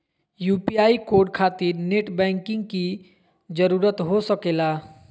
UPI code खातिर net banking की जरूरत हो सके ला?